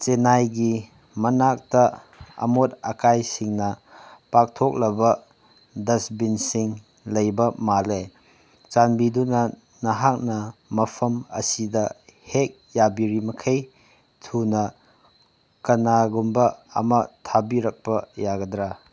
ꯆꯦꯅꯥꯏꯒꯤ ꯃꯅꯥꯛꯇ ꯑꯃꯣꯠ ꯑꯀꯥꯏꯁꯤꯡꯅ ꯄꯥꯛꯊꯣꯛꯂꯕ ꯗꯁꯕꯤꯟꯁꯤꯡ ꯂꯩꯕ ꯄꯥꯜꯂꯦ ꯆꯥꯟꯕꯤꯗꯨꯅ ꯅꯍꯥꯛꯅ ꯃꯐꯝ ꯑꯁꯤꯗ ꯍꯦꯛ ꯌꯥꯕꯤꯔꯤꯃꯈꯩ ꯊꯨꯅ ꯀꯅꯥꯒꯨꯝꯕ ꯑꯃ ꯊꯥꯕꯤꯔꯛꯄ ꯌꯥꯒꯗ꯭ꯔꯥ